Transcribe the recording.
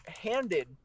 handed